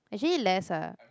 actually less ah